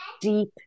deep